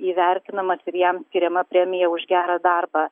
įvertinamas ir jam skiriama premija už gerą darbą